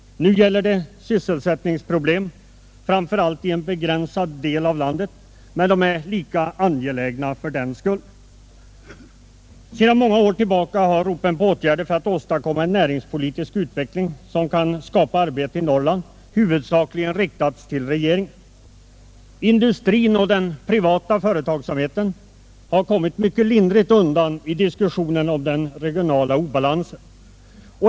Nu gäller det sysselsättningsproblem framför allt i en begränsad del av landet, men de är lika angelägna fördenskull. Sedan många år tillbaka har man ropat på åtgärder — huvudsakligen från regeringens sida — för att åstadkomma en näringspolitisk utveckling som kan skapa arbete i Norrland. Industrin och den privata företagsamheten har kommit mycket lindrigt undan i diskussionen om den regionala obalansen.